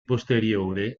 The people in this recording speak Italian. posteriore